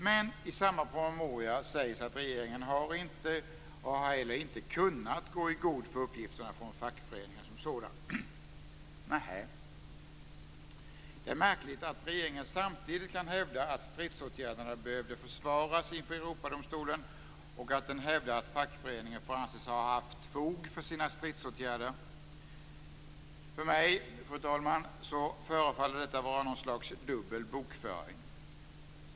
Men i samma promemoria sägs att regeringen inte har och inte heller har kunnat gå i god för uppgifterna från fackföreningen som sådana. Nähä! Det är märkligt att regeringen samtidigt kan hävda att stridsåtgärderna behövde försvaras inför Europadomstolen och att fackföreningen får anses ha haft fog för sina stridsåtgärder. För mig, fru talman, förefaller detta vara något slags dubbel bokföring.